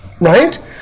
right